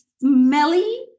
smelly